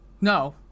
No